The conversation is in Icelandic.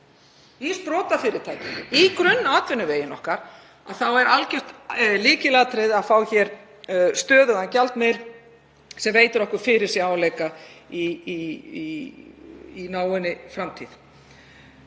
í sprotafyrirtækjum, í grunnatvinnuvegi okkar, er algjört lykilatriði að fá hér stöðugan gjaldmiðil sem veitir okkur fyrirsjáanleika í náinni framtíð.